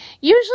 Usually